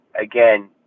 again